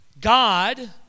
God